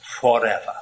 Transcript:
forever